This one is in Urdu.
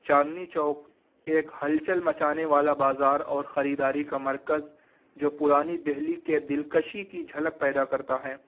چاندنی چوک ایک ہلچل مچانے والا بازار اور خریداری کا مرکز جو پرانی دہلی کے دلکشی کی جھلک پیدا کرتا ہیں